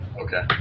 Okay